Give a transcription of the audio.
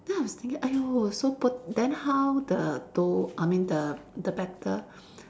then I was thinking !aiyo! so poor then how the dough I mean the the batter